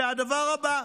זה הדבר הבא,